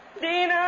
Dina